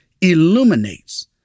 illuminates